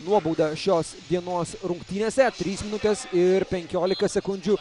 nuobaudą šios dienos rungtynėse trys minutės ir penkiolika sekundžių